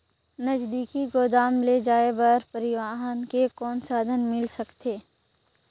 नजदीकी गोदाम ले जाय बर परिवहन के कौन साधन मिल सकथे?